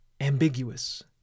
ambiguous